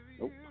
Nope